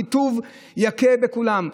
קיטוב יכה בכולם,